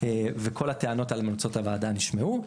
וכל הטענות והמלצות הוועדה נשמעו.